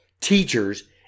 teachers